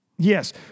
Yes